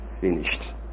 finished